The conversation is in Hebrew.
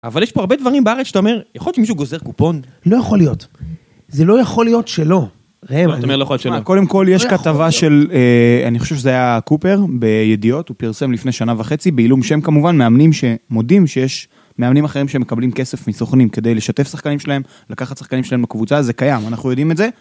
אבל יש פה הרבה דברים בארץ שאתה אומר, יכול להיות שמישהו גוזר קופון? לא יכול להיות, זה לא יכול להיות שלא. מה אתה אומר לא יכול להיות שלא? קודם כל יש כתבה של, אני חושב שזה היה קופר בידיעות, הוא פרסם לפני שנה וחצי, בעילום שם כמובן, מאמנים שמודים שיש מאמנים אחרים שמקבלים כסף מסוכנים כדי לשתף שחקנים שלהם, לקחת שחקנים שלהם בקבוצה, זה קיים, אנחנו יודעים את זה.